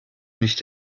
nicht